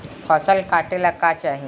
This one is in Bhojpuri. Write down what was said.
फसल काटेला का चाही?